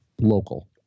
local